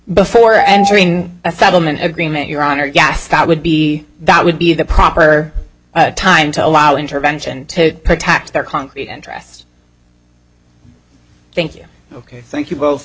before entering a settlement agreement your honor yes that would be that would be the proper time to allow intervention to protect their concrete interests thank you ok thank you both